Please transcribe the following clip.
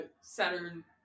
Saturn